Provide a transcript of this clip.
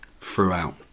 throughout